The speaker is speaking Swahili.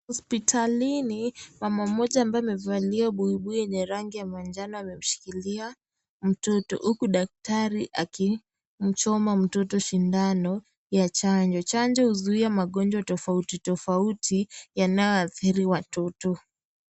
Hospitalini mama mmoja ambaye amevalia buibui yenye rangi ya manjano ameshikilia mtoto huku daktari akimchoma mtoto sindano ya chanjo. Chanjo huzuia magonjwa tofauti tofauti yanayoadhiri watoto.